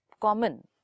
common